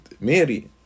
mary